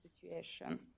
situation